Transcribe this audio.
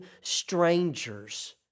strangers